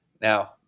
Now